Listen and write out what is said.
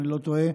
אם אני לא טועה,